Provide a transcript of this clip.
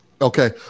Okay